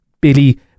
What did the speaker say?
Billy